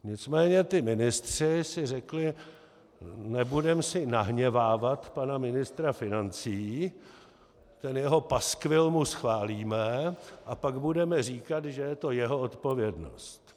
Nicméně ti ministři si řekli: Nebudeme si nahněvávat pana ministra financí, ten jeho paskvil mu schválíme a pak budeme říkat, že je to jeho odpovědnost.